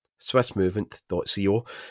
swissmovement.co